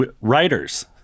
writers